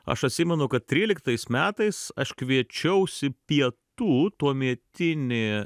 aš atsimenu kad tryliktais metais aš kviečiausi pietų tuometinį